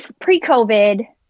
Pre-COVID